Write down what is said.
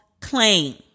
claim